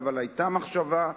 אבל היתה מחשבה,